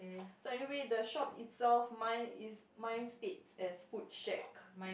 so anyway the shop itself mine is mine states as food shack